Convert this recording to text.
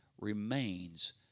remains